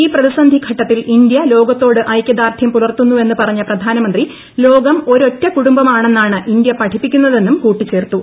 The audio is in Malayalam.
ഈ പ്രതിസന്ധി ഘട്ടത്തിൽ ഇന്ത്യ ലോകത്തോട് ഐക്യദാർഢ്യം പുലർത്തുന്നുവെന്ന് പറഞ്ഞ പ്രധാനമന്ത്രി ലോകം ഒരൊറ്റ കുടുംബം ആണെന്നാണ് ഇന്ത്യ പഠിപ്പിക്കുന്നതെന്നും കൂട്ടിച്ചേർത്തു